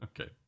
Okay